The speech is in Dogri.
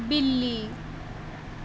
बिल्ली